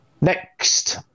Next